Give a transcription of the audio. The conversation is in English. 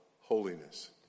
holiness